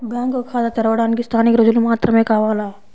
Bank ఖాతా తెరవడానికి స్థానిక రుజువులు మాత్రమే కావాలా?